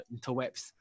interwebs